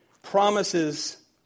Promises